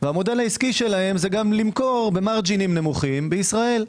והמודל העסקי שלהם זה גם למכור במארג'נים נמוכים בישראל.